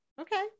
Okay